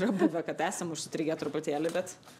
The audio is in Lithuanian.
yra buvę kad esame sutrikę truputėlį bet